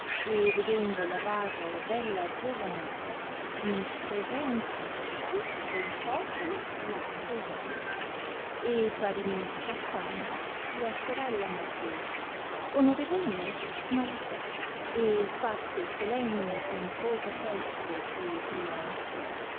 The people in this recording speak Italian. e vedendola vaga e bella giovanetta in presenza di tutto il popolo la sposò e parimenti cassandra sua sorella maggiore onorevolmente maritò e fatte solenni e pompose feste e trionfi